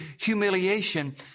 humiliation